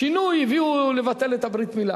שינוי הביאו הצעה לבטל את הברית-מילה.